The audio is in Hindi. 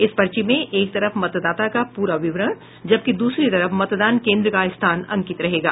इस पर्ची में एक तरफ मतदाता का पूरा विवरण जबकि दूसरी तरफ मतदान केन्द्र का स्थान अंकित रहेगा